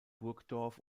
burgdorf